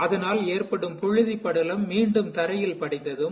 அதனால் எற்படும் புழுதியடலம் மீண்டும் தரையில் படிந்ததம்